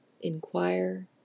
inquire